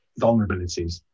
vulnerabilities